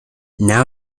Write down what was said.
now